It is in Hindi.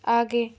आगे